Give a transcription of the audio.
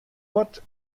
wat